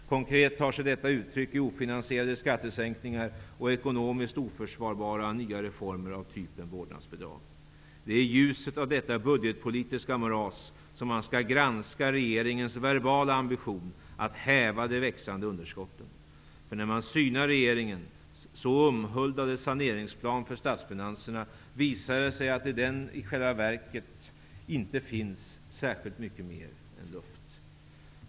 Konkret tar sig detta uttryck i ofinansierade skattesänkningar och ekonomiskt oförsvarbara nya reformer av typen vårdnadsbidrag. Det är i ljuset av detta budgetpolitiska moras som man skall granska regeringens verbala ambition att häva de växande underskotten. För när man synar regeringens så omhuldade saneringsplan för statsfinanserna, visar det sig att det i själva verket inte finns särskilt mycket mer än luft i den.